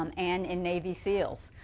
um and in navy seals.